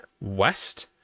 west